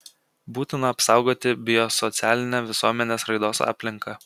būtina apsaugoti biosocialinę visuomenės raidos aplinką